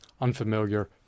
unfamiliar